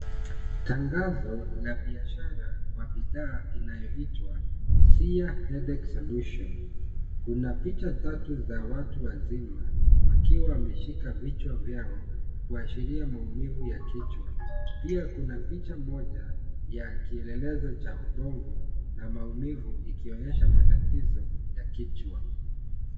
Tangazo la biashara kwa bidhaa inayoitwa Siha Headache Solution. Kuna picha tatu za watu wazima, wakiwa wameshika vichwa vyao, kuashiria maumivu ya kichwa. Pia kuna picha moja ya kielelezo cha ubongo, na maumivu ikionyesha matatizo ya kichwa.